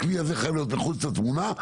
הכלי הזה חייב להיות מחוץ לתמונה,